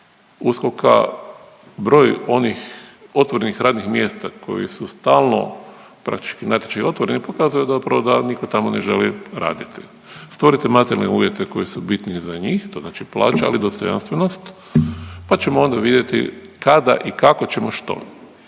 USKOK-a, broj onih otvorenih radnih mjesta koji su stalno praktički natječaji otvoreni, pokazuje zapravo da nitko tamo ne želi raditi. Stvorite materijalne uvjete koji su bitni za njih, to znači plaća ali i dostojanstvenost pa ćemo onda vidjeti kada i kako ćemo što.